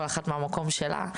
כל אחת מהמקום שלה,